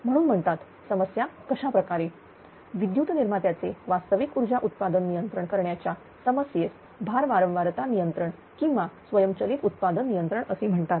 म्हणून म्हणतात समस्या कशाप्रकारे विद्युत निर्मात्याचे वास्तविक ऊर्जा उत्पादन नियंत्रण करण्याच्या समस्येस भार वारंवारता नियंत्रण किंवा स्वयंचलित उत्पादन नियंत्रण असे म्हणतात